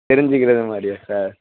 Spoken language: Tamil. தெரிஞ்சிக்கிறது மாதிரியா சார்